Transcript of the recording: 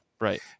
right